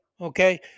Okay